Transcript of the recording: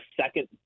second